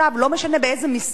לא משנה באיזו מסגרת,